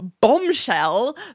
bombshell